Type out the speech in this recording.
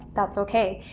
that's okay.